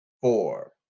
four